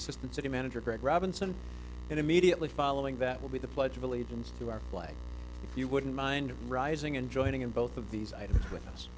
assistant city manager greg robinson and immediately following that will be the pledge of allegiance to our play you wouldn't mind rising and joining in both of these items with us